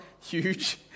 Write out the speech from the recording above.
huge